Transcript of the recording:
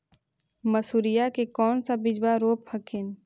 मसुरिया के कौन सा बिजबा रोप हखिन?